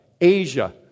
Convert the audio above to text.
Asia